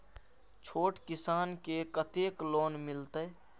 छोट किसान के कतेक लोन मिलते?